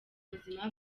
buzima